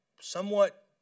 somewhat